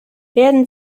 werden